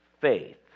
faith